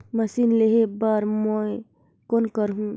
Machine लेहे बर मै कौन करहूं?